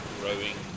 rowing